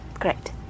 Great